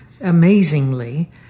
amazingly